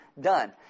done